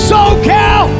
SoCal